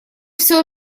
всё